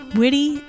witty